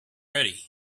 ready